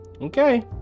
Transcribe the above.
Okay